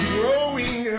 growing